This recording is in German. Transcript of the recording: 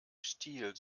stil